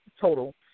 total